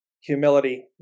humility